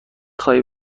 خواهی